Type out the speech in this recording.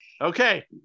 Okay